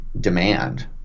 demand